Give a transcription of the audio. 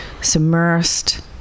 submersed